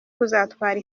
kuzatwara